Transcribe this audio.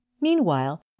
Meanwhile